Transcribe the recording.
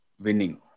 winning